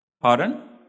Pardon